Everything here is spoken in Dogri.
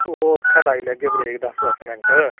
ओह् उत्थै लाई लैह्गे ब्रेक तां दस्स दस्स मिन्ट